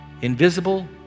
invisible